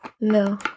No